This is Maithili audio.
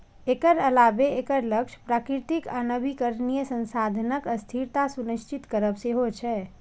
एकर अलावे एकर लक्ष्य प्राकृतिक आ नवीकरणीय संसाधनक स्थिरता सुनिश्चित करब सेहो छै